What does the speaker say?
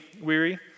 weary